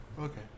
Okay